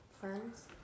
friends